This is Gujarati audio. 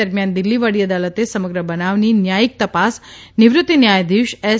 દરમિયાન દિલ્ફી વડી અદાલતે સમગ્ર બનાવની ન્યાથિક તપાસ નિવૃત ન્યાયાધીશ એસ